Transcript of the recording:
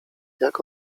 jak